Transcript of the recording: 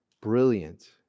brilliant